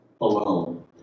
alone